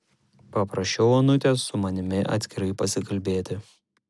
paprašiau onutės su manimi atskirai pasikalbėti